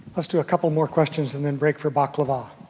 let's do a couple more questions and then break for baklava.